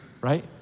right